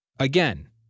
Again